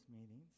meetings